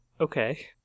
Okay